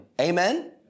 Amen